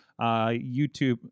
YouTube